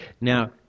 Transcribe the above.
Now